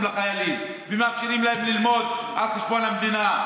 לחיילים ומאפשרים להם ללמוד על חשבון המדינה.